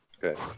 Good